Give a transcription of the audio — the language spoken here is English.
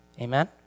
Amen